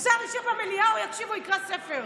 כששר ישב במליאה הוא יקשיב או יקרא ספר,